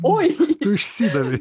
oi tu išsidavei